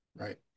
right